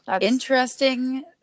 Interesting